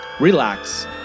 relax